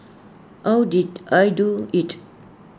how did I do IT